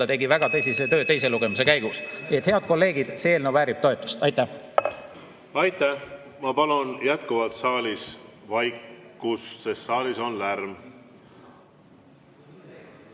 tegi väga tõsise töö teise lugemise käigus. Nii et, head kolleegid, see eelnõu väärib toetust. Aitäh! Aitäh! Ma palun jätkuvalt saalis vaikust, saalis on lärm.